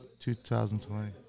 2020